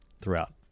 throughout